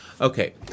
Okay